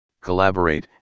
collaborate